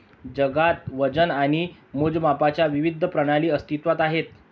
जगात वजन आणि मोजमापांच्या विविध प्रणाली अस्तित्त्वात आहेत